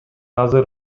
азыр